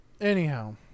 Anyhow